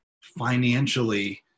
financially